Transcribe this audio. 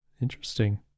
interesting